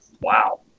wow